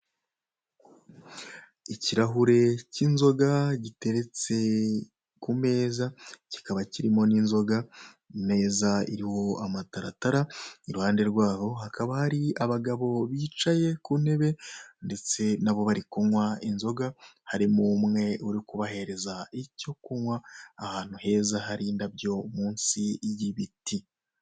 Ikirahure cy'inzoga giteretse ku meza, kikaba kirimo n'inzoga. Imeza iriho amataratara. Iruhande rwaho hakaba hari abagabo bicaye ku ntebe, ndetse na bo bari kunywa inzoga, harimo umwe uri kubahereza icyo kunywa, ahantu heza hari indabyo, munsi y'ibiti.